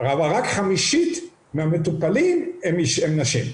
אבל רק 1/5 מהמטופלים הן נשים.